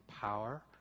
power